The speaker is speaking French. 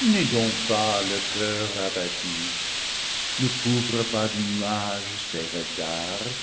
n'aie donc pas le le paradis perdu coeur abattu ne couvre pas de nuages ces regards